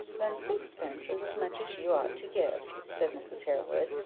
then sixpence is as much as you ought to give, said mrs. harewood,